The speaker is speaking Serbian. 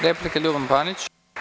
Replika, Ljuban Panić.